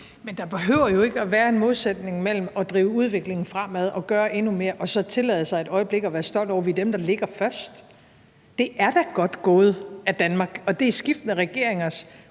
Men der behøver jo ikke at være en modsætning mellem at drive udviklingen fremad og gøre endnu mere og så tillade sig et øjeblik at være stolt over, at vi er dem, der ligger først. Det er da godt gået af Danmark, og det er skiftende regeringers